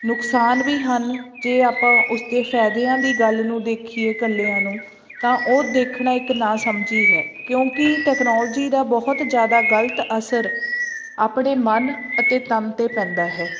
ਨੁਕਸਾਨ ਵੀ ਹਨ ਜੇ ਆਪਾਂ ਉਸਦੇ ਫਾਇਦਿਆਂ ਦੀ ਗੱਲ ਨੂੰ ਦੇਖੀਏ ਇਕੱਲਿਆਂ ਨੂੰ ਤਾਂ ਉਹ ਦੇਖਣਾ ਇੱਕ ਨਾ ਸਮਝੀ ਹੈ ਕਿਉਂਕਿ ਟੈਕਨੋਲਜੀ ਦਾ ਬਹੁਤ ਜ਼ਿਆਦਾ ਗ਼ਲਤ ਅਸਰ ਆਪਣੇ ਮਨ ਅਤੇ ਤਨ 'ਤੇ ਪੈਂਦਾ ਹੈ